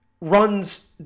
runs